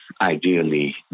ideally